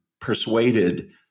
persuaded